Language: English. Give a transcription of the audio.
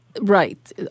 Right